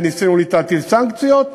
וניסינו להטיל סנקציות,